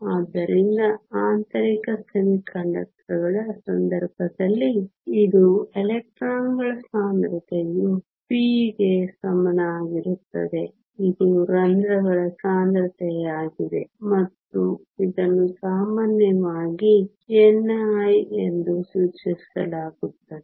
ಆದ್ದರಿಂದ ಆಂತರಿಕ ಅರೆವಾಹಕಗಳ ಸಂದರ್ಭದಲ್ಲಿ ಇದು ಎಲೆಕ್ಟ್ರಾನ್ಗಳ ಸಾಂದ್ರತೆಯು p ಗೆ ಸಮನಾಗಿರುತ್ತದೆ ಇದು ರಂಧ್ರಗಳ ಸಾಂದ್ರತೆಯಾಗಿದೆ ಮತ್ತು ಇದನ್ನು ಸಾಮಾನ್ಯವಾಗಿ ni ಎಂದು ಸೂಚಿಸಲಾಗುತ್ತದೆ